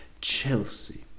Chelsea